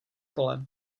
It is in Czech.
pole